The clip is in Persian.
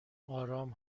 آرام